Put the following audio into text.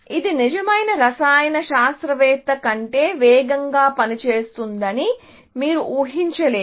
ఇది నిజమైన రసాయన శాస్త్రవేత్త కంటే వేగంగా పనిచేస్తుందని మీరు ఉహించలేరు